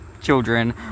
children